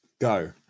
Go